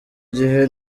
gihe